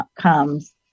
comes